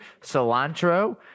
cilantro